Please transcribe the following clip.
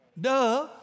Duh